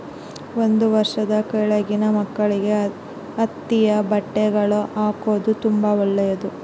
ಒಂದು ವರ್ಷದ ಕೆಳಗಿನ ಮಕ್ಕಳಿಗೆ ಹತ್ತಿಯ ಬಟ್ಟೆಗಳ್ನ ಹಾಕೊದು ತುಂಬಾ ಒಳ್ಳೆದು